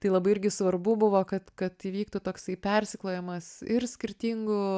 tai labai irgi svarbu buvo kad kad įvyktų toksai persiklojamas ir skirtingų